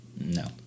No